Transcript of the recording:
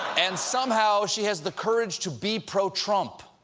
and somehow she has the courage to be pro-trump.